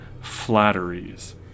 flatteries